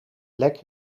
lek